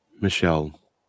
Michelle